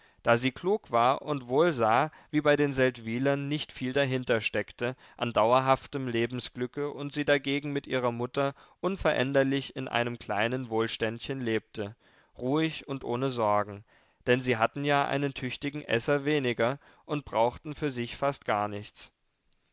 da sie klug war und wohl sah wie bei den seldwylern nicht viel dahintersteckte an dauerhaftem lebensglücke und sie dagegen mit ihrer mutter unveränderlich in einem kleinen wohlständchen lebte ruhig und ohne sorgen denn sie hatten ja einen tüchtigen esser weniger und brauchten für sich fast gar nichts